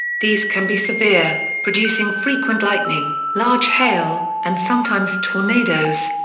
these can be severe, producing frequent lightning, large hail, and sometimes tornadoes.